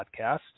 podcast